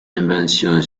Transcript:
invention